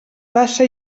tassa